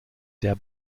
der